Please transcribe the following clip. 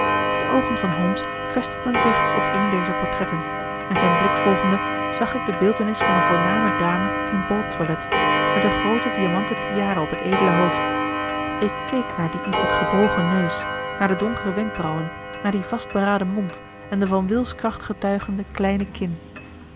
de oogen van holmes vestigden zich op een dezer portretten en zijn blik volgende zag ik de beeltenis van een voorname dame in baltoilet met een groote diamanten tiara op het edele hoofd ik keek naar dien ietwat gebogen neus naar de donkere wenkbrauwen naar dien vastberaden mond en de van wilskracht getuigende kleine kin